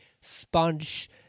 sponge